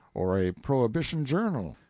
or a prohibition journal,